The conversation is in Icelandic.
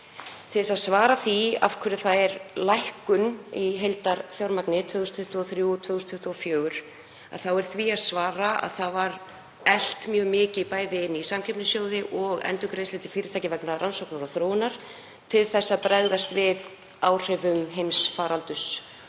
Til að svara því af hverju það er lækkun í heildarfjármagni 2023 og 2024 þá er því að svara að það var eflt mjög mikið, bæði inn í samkeppnissjóði og endurgreiðslur til fyrirtækja vegna rannsókna og þróunar til að bregðast við áhrifum heimsfaraldurs